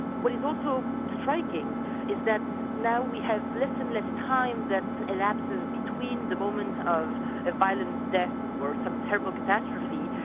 what is also striking is that now we have less and less time that elapses between the moment of ah violent death or some terrible catastrophe,